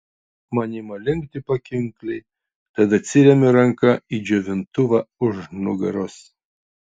man ima linkti pakinkliai tad atsiremiu ranka į džiovintuvą už nugaros